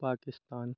Pakistan